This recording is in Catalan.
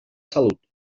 salut